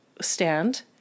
stand